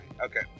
Okay